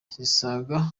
zisaga